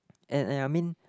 and and I mean